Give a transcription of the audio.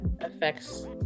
affects